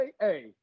hey